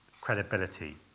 credibility